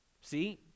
See